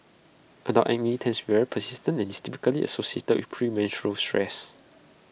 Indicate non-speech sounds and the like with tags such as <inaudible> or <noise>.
adult acne tends very persistent and IT is typically associated with premenstrual <unintelligible>